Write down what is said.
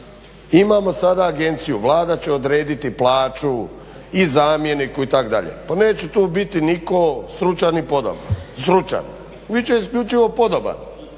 Imamo sada agenciju, Vlada će odrediti plaću i zamjeniku itd., pa neće tu biti nitko stručan, bit će isključivo podoban